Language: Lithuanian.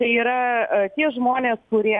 tai yra tie žmonės kurie